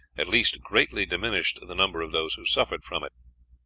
at least greatly diminished the number of those who suffered from it.